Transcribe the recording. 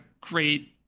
great